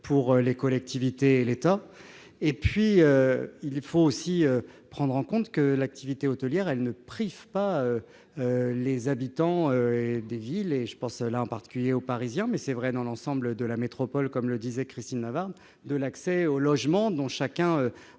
pour les collectivités et l'État. Il faut aussi prendre en compte le fait que l'activité hôtelière ne prive pas les habitants des villes- je pense en particulier aux Parisiens, mais c'est vrai dans l'ensemble de la métropole, comme le disait Christine Lavarde -de l'accès au logement dont chacun